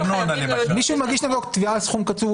מי שמגיש נגדו תביעה על סכום קצוב,